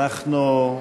אנחנו,